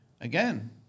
again